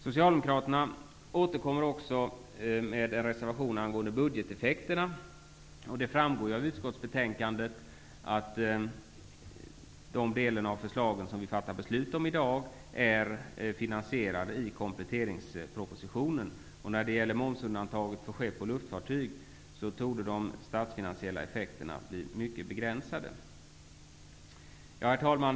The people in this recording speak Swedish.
Socialdemokraterna har också en reservation om budgeteffekterna av förslagen. Det framgår av betänkandet att de förslag som vi skall fatta beslut om är finansierade i kompletteringspropositionen. När det gäller momsundantaget för skepp och luftfartyg torde de statsfinansiella effekterna bli mycket begränsade. Herr talman!